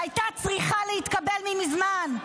שהייתה צריכה להתקבל מזמן,